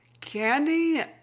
Candy